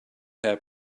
have